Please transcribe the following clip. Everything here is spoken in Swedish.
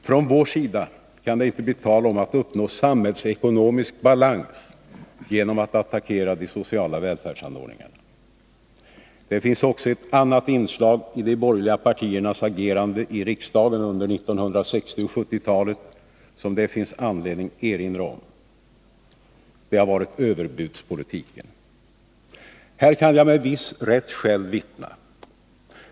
Från vår sida kan det inte bli tal om att uppnå samhällsekonomisk balans genom att attackera de sociala välfärdsanordningarna. Det finns också anledning erinra om ett annat inslag i de borgerliga partiernas agerande i riksdagen under 1960 och 1970-talen. Det gäller överbudspolitiken. Här kan jag med viss rätt själv vittna.